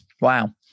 Wow